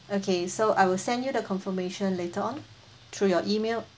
okay so I will send you the confirmation later on through your email